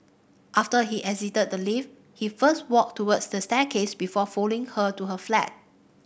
after he exited the lift he first walked towards the staircase before following her to her flat